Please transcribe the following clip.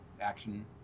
action